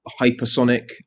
hypersonic